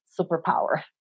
superpower